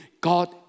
God